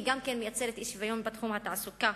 היא גם מייצרת אי-שוויון בתחום התעסוקה.